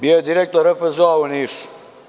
Bio je direktor RFZO u Nišu.